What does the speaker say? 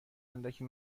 اندکی